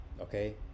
okay